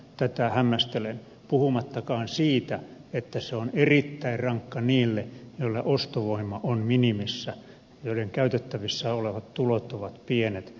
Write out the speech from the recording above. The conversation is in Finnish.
tätä hämmästelen puhumattakaan siitä että se on erittäin rankka niille joilla ostovoima on minimissä joiden käytettävissä olevat tulot ovat pienet